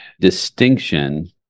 distinction